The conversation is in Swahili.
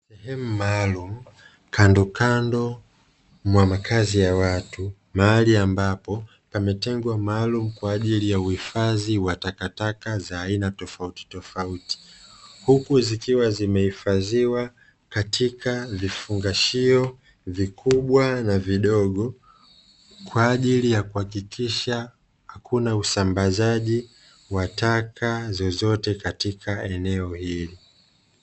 Sehemu maalumu kandokando mwa makazi ya watu, mahali ambapo pametengwa maalumu kwa ajili ya uhifadhi wa takataka za aina tofautitofauti; huku zikiwa zimehifadhiwa katika vifungashio vikubwa na vidogo, kwa ajili ya kuhakikisha hakuna usambazaji wa taka zozote katika eneo hili.